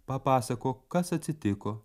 papasakok kas atsitiko